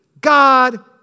God